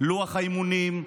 לוח האימונים,